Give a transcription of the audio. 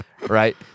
Right